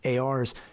ARs